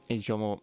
diciamo